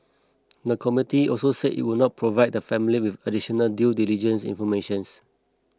the committee also said it would not provide the family with additional due diligence informations